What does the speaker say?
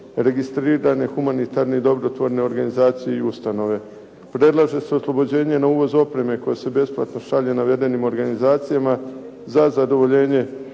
registrirane humanitarne i dobrotvorne organizacije i ustanove. Predlaže se oslobođenje na uvoz oprema koja se besplatno šalje navedenim organizacijama za zadovoljenje